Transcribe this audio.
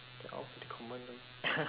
they're all pretty common though